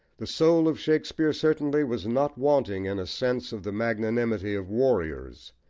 the soul of shakespeare, certainly, was not wanting in a sense of the magnanimity of warriors.